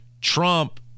Trump